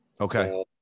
Okay